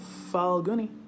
falguni